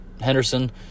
Henderson